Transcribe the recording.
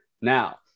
Now